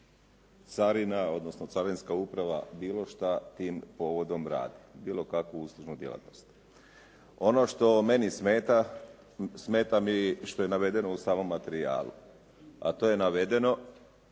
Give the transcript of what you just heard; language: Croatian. carina, odnosno Carinska uprava bilo što tim povodom radi, bilo kakvu uslužnu djelatnost. Ono što meni smeta, smeta mi što je navedeno u samom materijalu, a to je navedeno,